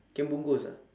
can bungkus ah